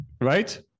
right